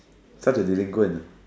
suddenly you go and